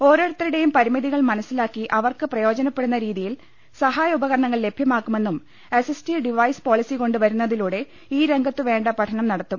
ഓരോരുത്തരുടെയും പരിമിതികൾ മനസ്റ്റിലാക്കി അവർക്ക് പ്രയോജനപ്പെടുന്ന രീതിയിൽ സഹായ ഉപകരണങ്ങൾ ലഭ്യമാക്കുമെന്നും അസിസ്റ്റീവ് ഡിവൈസ് പോളിസി കൊണ്ട് വരുന്നതിലൂടെ ഈ രംഗത്തു വേണ്ട പഠനം നടത്തും